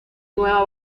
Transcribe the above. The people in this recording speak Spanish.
nueva